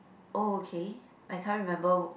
oh okay I can't remember